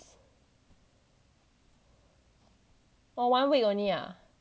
for one week only ah